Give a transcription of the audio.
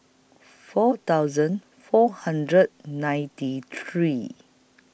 four thousand four hundred ninety three